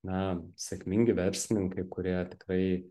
na sėkmingi verslininkai kurie tikrai